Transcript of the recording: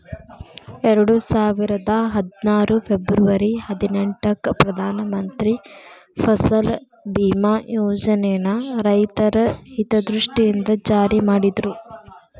ಎರಡುಸಾವಿರದ ಹದ್ನಾರು ಫೆಬರ್ವರಿ ಹದಿನೆಂಟಕ್ಕ ಪ್ರಧಾನ ಮಂತ್ರಿ ಫಸಲ್ ಬಿಮಾ ಯೋಜನನ ರೈತರ ಹಿತದೃಷ್ಟಿಯಿಂದ ಜಾರಿ ಮಾಡಿದ್ರು